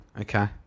Okay